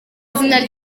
izina